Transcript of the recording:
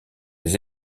les